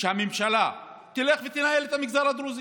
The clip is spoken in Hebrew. שהממשלה תלך ותנהל את המגזר הדרוזי,